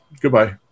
Goodbye